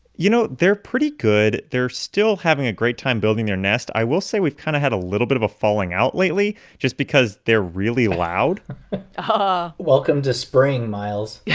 you know, they're pretty good. they're still having a great time building their nest. i will say we've kind of had a little bit of a falling out lately just because they're really loud um ah welcome to spring, miles yeah